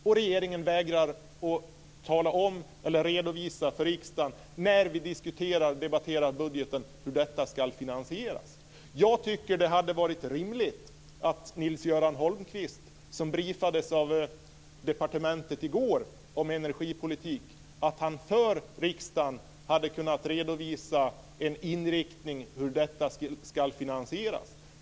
Men regeringen vägrar att redovisa för riksdagen, när vi diskuterar och debatterar budgeten, hur detta ska finansieras. Jag tycker att det hade varit rimligt att Nils-Göran Holmqvist, som i går briefades om energipolitik av departementet, för riksdagen hade kunnat redovisa en inriktning för hur detta ska finansieras.